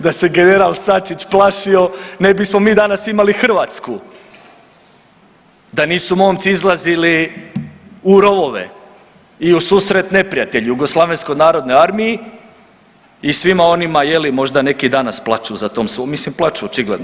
Da se general Sačić plašio ne bismo mi danas imali Hrvatsku, da nisu momci izlazili u rovove i u susret neprijatelju jugoslavenskoj narodnoj armiji i svima onima je li možda neki danas plaću sa tom svom, mislim plaču očigledno.